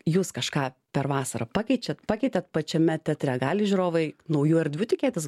jūs kažką per vasarą pakeičiat pakeitėt pačiame teatre gali žiūrovai naujų erdvių tikėtis